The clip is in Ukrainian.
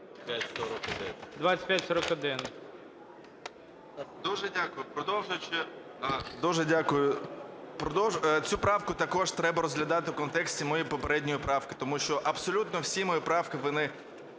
2541. Дуже дякую. Продовжуючи, цю правку також треба розглядати в контексті моєї попередньої правки, тому що абсолютно всі мої правки вони